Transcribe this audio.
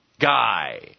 guy